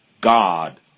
God